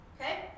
okay